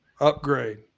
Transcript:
upgrade